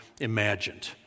imagined